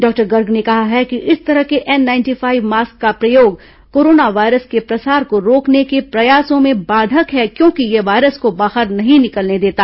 doctor Garg ने कहा है कि इस तरह के एन नाइंटी फाइव मास्क का प्रयोग कोरोना वायरस के प्रसार को रोकने के प्रयासों में बाधक है क्योंकि यह वायरस को बाहर नहीं निकलने देता